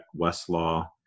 Westlaw